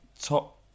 top